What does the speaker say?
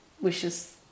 wishes